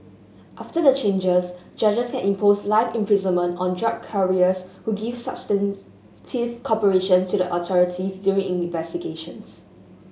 after the changes judges can impose life imprisonment on drug couriers who give substantive cooperation to the authorities during investigations